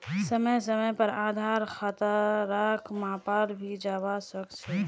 समय समय पर आधार खतराक मापाल भी जवा सक छे